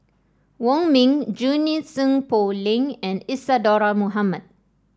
Wong Ming Junie Sng Poh Leng and Isadhora Mohamed